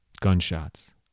Gunshots